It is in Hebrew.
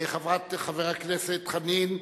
חבר הכנסת חנין,